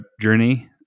journey